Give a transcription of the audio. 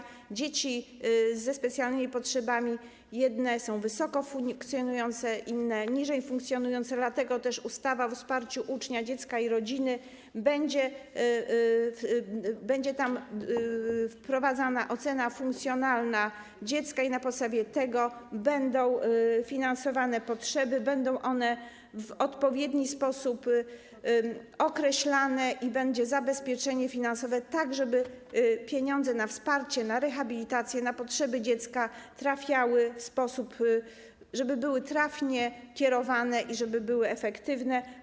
Jeżeli chodzi o dzieci ze specjalnymi potrzebami, to jedne są wysoko funkcjonujące, inne niżej funkcjonujące, dlatego w ustawie o wsparciu ucznia, dziecka i rodziny będzie wprowadzana ocena funkcjonalna dziecka i na podstawie tego będą finansowane potrzeby, będą one w odpowiedni sposób określane i będzie zabezpieczenie finansowe, tak żeby pieniądze na wsparcie, na rehabilitację, na potrzeby dziecka były trafnie kierowane i żeby było to efektywne.